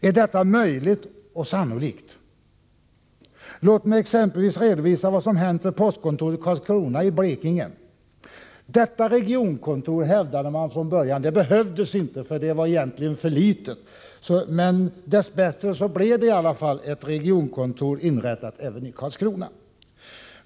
Är detta möjligt och sannolikt? Låt mig exempelvis redovisa vad som hänt vid postkontoret Karlskrona i Blekinge. Från början hävdade man att detta regionkontor inte behövdes, därför att det var för litet. Dess bättre inrättades emellertid ett regionkontor även i Karlskrona.